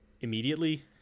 immediately